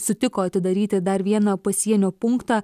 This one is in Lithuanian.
sutiko atidaryti dar vieną pasienio punktą